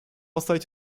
оставить